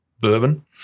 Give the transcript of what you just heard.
bourbon